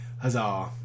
Huzzah